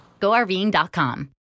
GoRVing.com